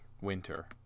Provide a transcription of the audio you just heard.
Winter